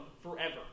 forever